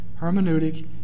hermeneutic